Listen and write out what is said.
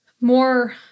more